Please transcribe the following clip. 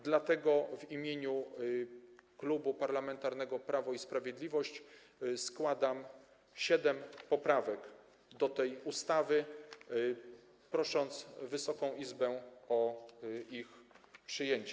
Dlatego w imieniu Klubu Parlamentarnego Prawo i Sprawiedliwość składam siedem poprawek do tej ustawy i proszę Wysoką Izbę o ich przyjęcie.